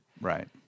right